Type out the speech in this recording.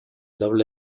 doble